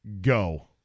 Go